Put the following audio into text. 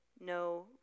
no